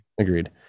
Agreed